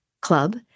club